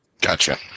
Gotcha